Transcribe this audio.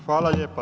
Hvala lijepa.